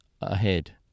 ahead